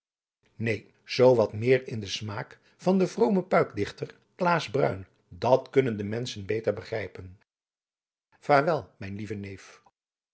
neen zoo wat meer in den smaak van den vromen puikdichter claas bruin dat kunnen de menschen beter begrijpen vaarwel mijn lieve neef